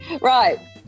Right